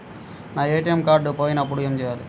నా ATM card పోయినప్పుడు ఏమి చేయాలి?